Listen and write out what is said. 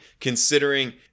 considering